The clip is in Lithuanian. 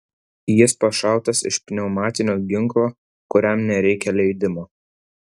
jis pašautas iš pneumatinio ginklo kuriam nereikia leidimo